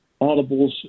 audibles